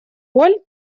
роль